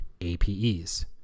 apes